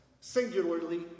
singularly